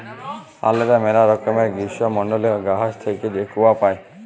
আলেদা ম্যালা রকমের গীষ্মমল্ডলীয় গাহাচ থ্যাইকে যে কূয়া পাই